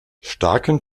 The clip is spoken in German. starken